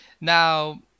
Now